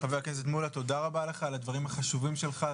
חבר הכנסת מולא תודה רבה לך על הדברים החשובים שלך,